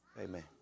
Amen